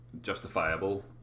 justifiable